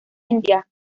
india